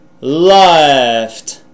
left